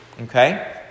okay